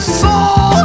soul